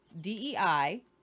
DEI